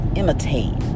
imitate